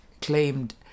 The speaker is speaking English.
claimed